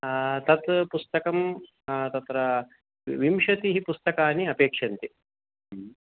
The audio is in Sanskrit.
तत् पुस्तकं तत्र विंशतिः पुस्तकानि अपेक्षन्ते ह्म्